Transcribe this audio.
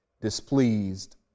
displeased